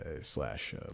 slash